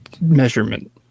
measurement